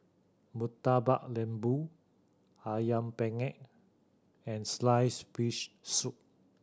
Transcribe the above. Murtabak Lembu Ayam Penyet and slice fish soup